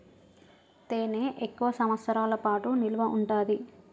తేనె ఎక్కువ సంవత్సరాల పాటు నిల్వ ఉంటాది